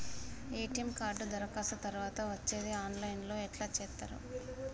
ATM card దరఖాస్తు తరువాత వచ్చేది ఆన్ లైన్ లో ఎట్ల చూత్తరు?